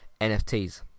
NFTs